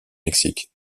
mexique